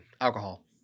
Alcohol